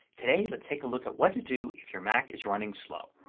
today let's take a look at what to do if your mac is running slow.